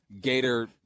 gator